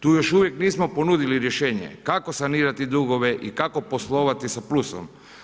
Tu još uvijek nismo ponudili rješenje kako sanirati dugove i kako poslovati sa plusom.